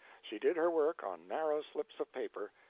she did her work on narrow slips of paper,